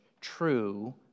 true